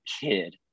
kid